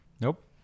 Nope